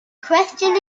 question